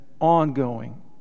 ongoing